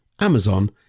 Amazon